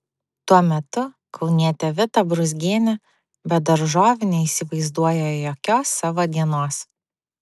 tuo metu kaunietė vita brūzgienė be daržovių neįsivaizduoja jokios savo dienos